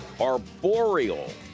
arboreal